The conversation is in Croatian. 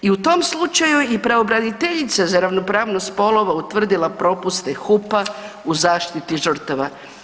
I u tom slučaju je i pravobraniteljica za ravnopravnost spolova utvrdila propuste HUP-a u zaštiti žrtava.